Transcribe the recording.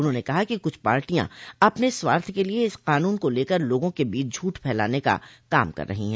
उन्होंने कहा कि कुछ पार्टियां अपने स्वार्थ के लिए इस कानून को लेकर लोगों के बीच झूठ फैलाने का काम कर रही हैं